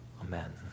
amen